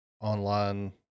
online